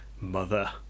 Mother